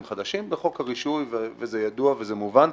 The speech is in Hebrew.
חדשים - בחוק הרישוי וזה ידוע וזה מובן.